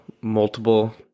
multiple